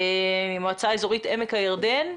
ממועצה אזורית עמק הירדן.